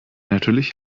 natürlich